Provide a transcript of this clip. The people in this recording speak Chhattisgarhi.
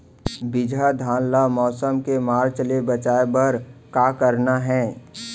बिजहा धान ला मौसम के मार्च ले बचाए बर का करना है?